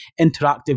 interactive